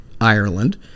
Ireland